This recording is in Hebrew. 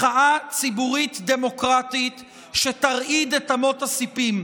מחאה ציבורית דמוקרטית שתרעיד את אמות הסיפים,